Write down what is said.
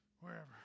Wherever